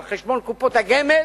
על חשבון קופות הגמל.